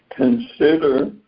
Consider